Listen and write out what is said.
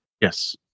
Yes